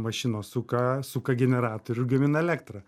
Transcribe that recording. mašinos suka suka generatorių gamina elektrą